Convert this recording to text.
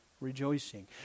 rejoicing